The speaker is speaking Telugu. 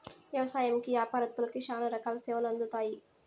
వ్యవసాయంకి యాపారత్తులకి శ్యానా రకాల సేవలు అందుతాయి